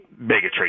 bigotry